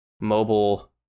mobile